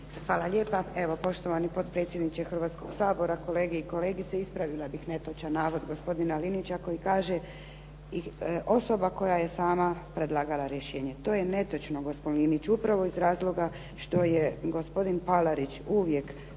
Hvala lijepo. Evo poštovani potpredsjedniče Hrvatskog sabora, kolege i kolegice. Ispravila bih netočan navod gospodina Linića koji kaže, i osoba koja je sama predlagala rješenje. To je netočno gospodine Liniću upravo iz razloga što je gospodin Palarić uvijek